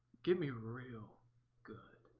give me real good